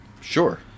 Sure